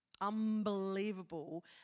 unbelievable